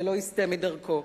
ולא יסטה מדרכו.